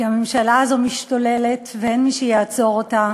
כי הממשלה הזאת משתוללת ואין מי שיעצור אותה,